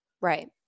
Right